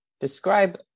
describe